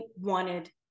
wanted